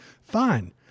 Fine